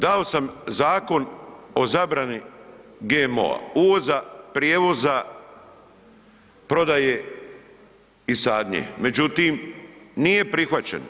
Dao sam zakon o zabrani GMO-a, uvoza, prijevoza, prodaje i sadnje, međutim nije prihvaćen.